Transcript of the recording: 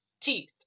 teeth